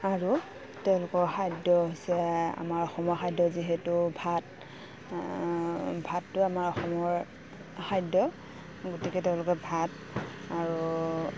আৰু তেওঁলোকৰ খাদ্য হৈছে আমাৰ অসমৰ খাদ্য যিহেতু ভাত ভাতটো আমাৰ অসমৰ খাদ্য গতিকে তেওঁলোকে ভাত আৰু